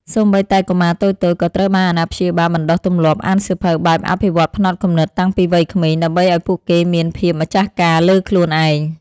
សូម្បីតែកុមារតូចៗ ក៏ត្រូវបានអាណាព្យាបាលបណ្ដុះទម្លាប់អានសៀវភៅបែបអភិវឌ្ឍផ្នត់គំនិតតាំងពីវ័យក្មេង ដើម្បីឱ្យពួកគេមានភាពម្ចាស់ការលើខ្លួនឯង។